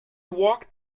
walked